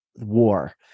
war